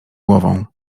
głową